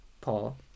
Paul